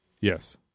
Yes